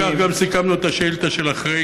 ובכך גם סיכמנו את השאלה של אחרי,